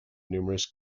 numerous